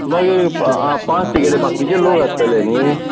मागीर पांच तिकेट्यो बाकिचे लोक आसतले नी